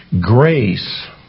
Grace